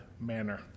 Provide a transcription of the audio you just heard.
manner